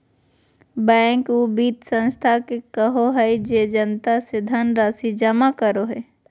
bank उ वित संस्था के कहो हइ जे जनता से धनराशि जमा करो हइ